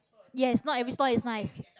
yes not every stall is nice